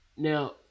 Now